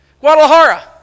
Guadalajara